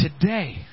Today